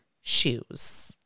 shoes